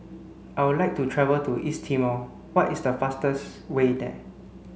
I would like to travel to East Timor what is the fastest way there